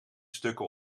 stukken